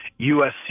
USC